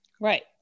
Right